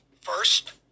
First